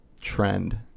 trend